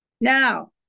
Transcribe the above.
Now